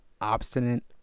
obstinate